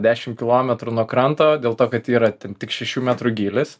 dešim kilometrų nuo kranto dėl to kad yra ten tik šešių metrų gylis